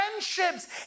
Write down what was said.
friendships